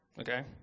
Okay